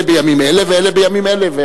אלה בימים אלה ואלה בימים אלה.